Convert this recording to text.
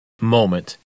moment